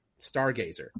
Stargazer